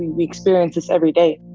we we experience this every day.